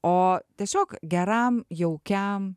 o tiesiog geram jaukiam